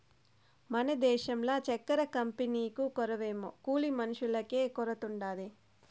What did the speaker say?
మన దేశంల చక్కెర కంపెనీకు కొరవేమో కూలి మనుషులకే కొరతుండాది